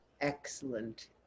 Excellent